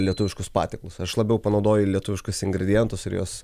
lietuviškus patiekalus aš labiau panaudoju lietuviškus ingredientus ir juos